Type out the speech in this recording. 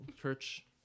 church